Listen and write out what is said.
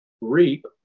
reap